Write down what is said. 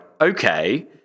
Okay